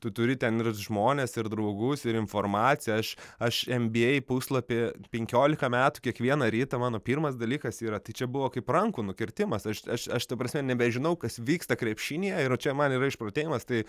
tu turi ten rast žmones ir draugus ir informaciją aš aš enbiei puslapį penkiolika metų kiekvieną rytą mano pirmas dalykas yra tai čia buvo kaip rankų nukirtimas aš aš aš ta prasme nebežinau kas vyksta krepšinyje ir čia man yra išprotėjimas tai